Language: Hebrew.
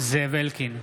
זאב אלקין,